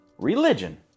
Religion